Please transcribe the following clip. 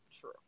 true